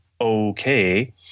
okay